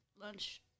lunch